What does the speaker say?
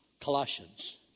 Colossians